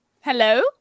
hello